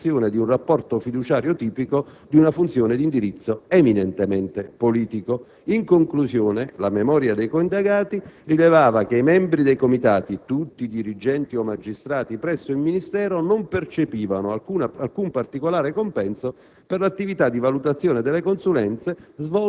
funzionalmente inidonei a farsi espressione di un rapporto fiduciario tipico di una funzione di indirizzo eminentemente politico. In conclusione, la memoria dei coindagati rilevava che i membri dei comitati, tutti dirigenti o magistrati presso il Ministero, non percepivano alcun particolare compenso